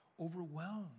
overwhelmed